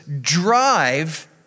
drive